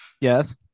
Yes